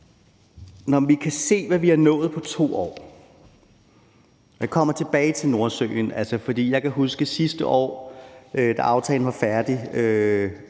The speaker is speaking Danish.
Vi kan se, hvad vi har nået på 2 år. Jeg kommer tilbage til Nordsøen. Jeg kan huske sidste år, da aftalen var færdig.